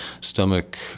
stomach